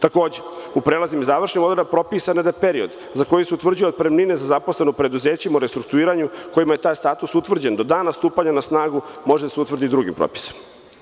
Takođe, u prelaznim i završnim odredbama, propisano je da period za koji se utvrđuje otpremnina za zaposlene u preduzećima u restrukturiranju kojima je taj status utvrđen do dana stupanja na snagu može da se utvrdi drugim propisima.